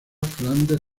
flandes